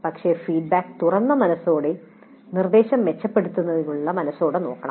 പക്ഷേ ഫീഡ്ബാക്ക് തുറന്ന മനസ്സോടെ നിർദ്ദേശം മെച്ചപ്പെടുത്തുന്നതിനുള്ള മനസോടെ നോക്കണം